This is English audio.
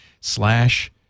slash